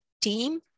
team